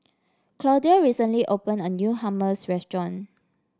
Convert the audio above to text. Claudia recently opened a new Hummus restaurant